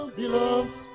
belongs